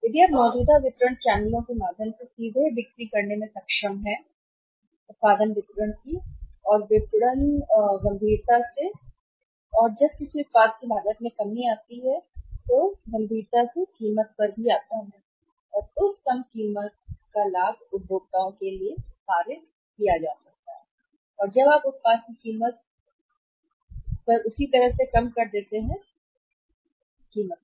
यदि आप मौजूदा वितरण चैनलों की मदद से सीधे बिक्री करने में सक्षम हैं उत्पादन वितरण और विपणन गंभीरता से और जब किसी उत्पाद की लागत में कमी आती है गंभीरता से कीमत पर भी आता है और उस कम कीमत या कम कीमत का लाभ उपभोक्ताओं के लिए पारित किया जा सकता है और जब आप उत्पाद की कीमत पर उसी तरह कम कर दिया उत्पाद की कम कीमत